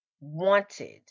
wanted